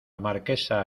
marquesa